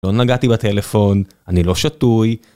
לא נגעתי בטלפון, אני לא שתוי.